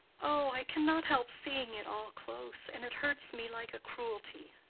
oh! i cannot help seeing it all close, and it hurts me like a cruelty.